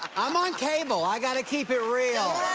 i'm on cable. i got to keep it real.